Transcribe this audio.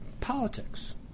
politics